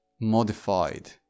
modified